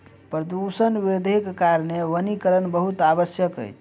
प्रदूषण वृद्धिक कारणेँ वनीकरण बहुत आवश्यक अछि